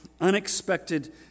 unexpected